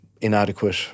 inadequate